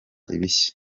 ibishya